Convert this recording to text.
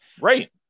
Right